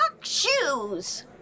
shoes